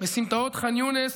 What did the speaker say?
בסמטאות ח'אן יונס,